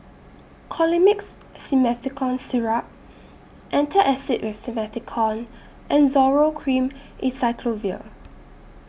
Colimix Simethicone Syrup Antacid with Simethicone and Zoral Cream Acyclovir